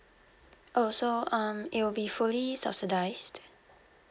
oh so um it will be fully subsidised